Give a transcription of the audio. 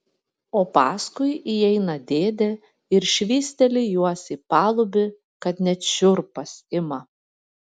o paskui įeina dėdė ir švysteli juos į palubį kad net šiurpas ima